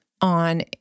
on